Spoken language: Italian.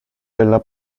della